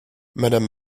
madame